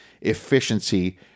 efficiency